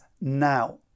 now